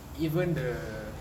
even the